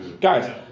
Guys